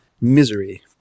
Misery